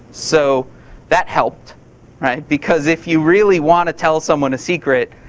so that helped because if you really wanna tell someone a secret,